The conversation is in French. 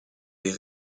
des